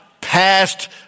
past